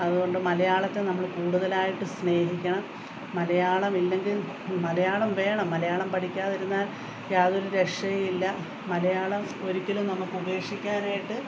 അതുകൊണ്ട് മലയാളത്തെ നമ്മൾ കൂടുതലായിട്ട് സ്നേഹിക്കണം മലയാളമില്ലെങ്കിൽ മലയാളം വേണം മലയാളം പഠിക്കാതിരുന്നാൽ യാതൊരു രക്ഷയുമില്ല മലയാളം ഒരിക്കലും നമുക്ക് ഉപേക്ഷിക്കാനായിട്ട്